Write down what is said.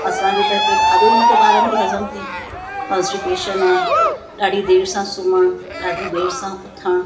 असांजो त हिते खाधो ई नथो ॿारनि खे हज़म थिए कॉन्सटीपेशन आहे ॾाढी देरि सां सुम्हणु ॾाढी देरि सां उथणु